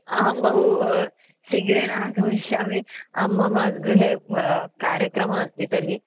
अहं बहु शिघ्रेण आगमिष्यामि मम गृहे कार्यक्रमः अस्ति तर्हि